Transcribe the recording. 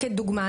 לדוגמה,